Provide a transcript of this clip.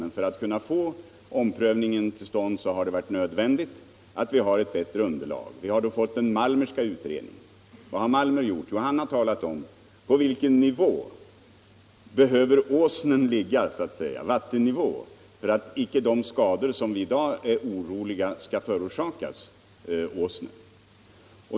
Men för att kunna få omprövningen till stånd är det nödvändigt att vi har ett bättre underlag. Vi har då fått den Malmerska utredningen. Vad har Malmer gjort? Jo, han har talat om vilken vattennivå som behövs i Åsnen för att de skador som vi i dag är oroliga för inte skall förorsakas sjön.